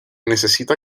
necesita